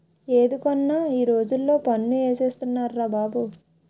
ఏది కొన్నా ఈ రోజుల్లో పన్ను ఏసేస్తున్నార్రా బాబు